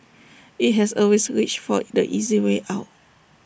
IT has always reached for the easy way out